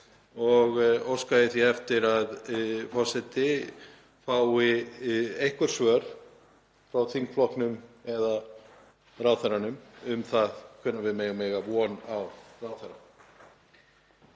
og óska ég því eftir að forseti fái einhver svör frá þingflokknum eða ráðherranum um það hvenær við megum eiga von á ráðherra.